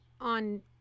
on